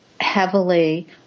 heavily